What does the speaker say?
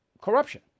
corruption